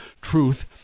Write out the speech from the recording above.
*Truth*